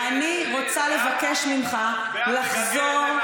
אני רוצה לבקש ממך לחזור,